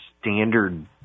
standard